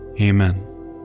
Amen